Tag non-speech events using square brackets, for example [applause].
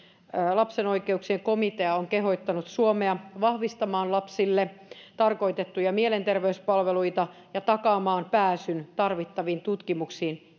lapsen oikeuksien komitea on kehottanut suomea vahvistamaan lapsille tarkoitettuja mielenterveyspalveluita ja takaamaan pääsyn tarvittaviin tutkimuksiin [unintelligible]